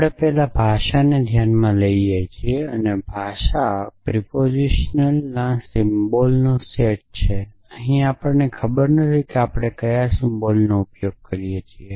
આપણે પહેલા ભાષાને ધ્યાનમાં લઈએ છીએ અને ભાષા પ્રસ્તાવનાત્મકના સિમ્બોલનો સેટ છે અહી આપણે ખબર નથી કે આપણે ક્યાં સિમ્બોલનો ઉપયોગ કરીએ છીએ